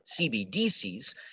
CBDCs